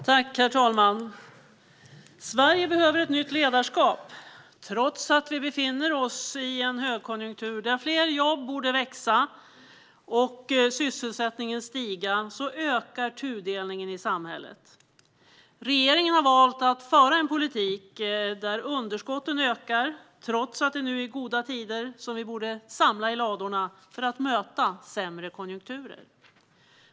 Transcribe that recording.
Herr talman! Sverige behöver ett nytt ledarskap. Trots att vi befinner oss i en högkonjunktur där fler jobb borde växa och sysselsättningen stiga ökar tudelningen i samhället. Regeringen har valt att föra en politik där underskotten ökar trots att det nu är goda tider och vi borde samla i ladorna för att möta sämre konjunkturer.